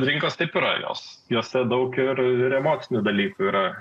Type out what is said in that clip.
rinkos taip yra jos jose daug ir emocinių dalykų yra